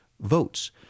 votes